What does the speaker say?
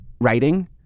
writing